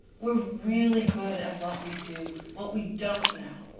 we're really good at what we do. what we don't know